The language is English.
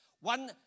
One